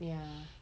ya